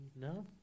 No